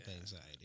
anxiety